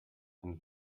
and